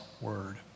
word